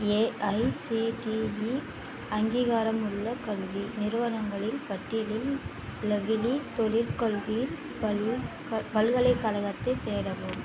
AICTE அங்கீகாரமுள்ள கல்வி நிறுவனங்களின் பட்டியலில் லவ்விலி தொழிற்கல்விப் பல்கலைக்கழகத்தைத் தேடவும்